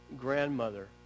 grandmother